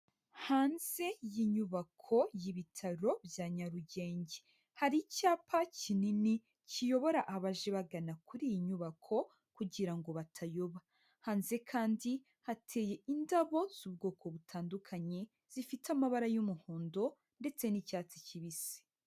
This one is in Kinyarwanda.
Hanze y'inyubako y'ibitaro bya Nyarugenge. Hari icyapa kinini kiyobora abaje bagana kuri iyi nyubako kugira ngo batayoba. Hanze kandi, hateye indabo z'ubwoko butandukanye, zifite amabara y'umuhondo ndetse n'icyatsi kibisi.